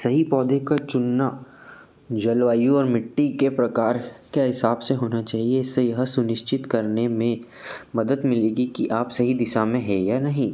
सही पौधे का चुनना जलवायु और मिट्टी के प्रकार के हिसाब से होना चाहिए इससे यह सुनिश्चित करने में मदद मिलेगी कि आप सही दिशा में है या नहीं